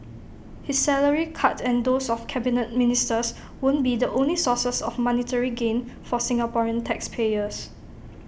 his salary cut and those of Cabinet Ministers won't be the only sources of monetary gain for Singaporean taxpayers